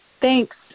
Thanks